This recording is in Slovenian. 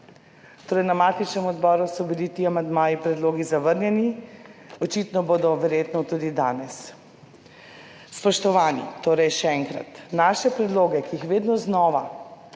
Torej, na matičnem odboru so bili ti amandmaji, predlogi zavrnjeni, očitno bodo verjetno tudi danes Spoštovani, torej še enkrat. Naše predloge, ki jih vedno znova